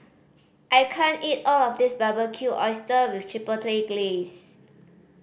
I can't eat all of this Barbecued Oyster with Chipotle Glaze